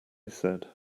said